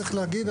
צריך להגיד,